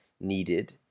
needed